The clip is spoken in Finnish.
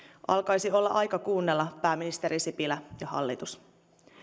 alkaisi olla aika kuunnella pääministeri sipilä ja hallitus